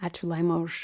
ačiū laima už